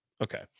Okay